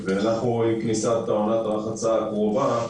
עם פתיחת עונת הרחצה הקרובה,